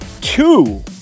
two